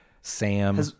Sam